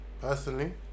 Personally